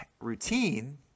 routine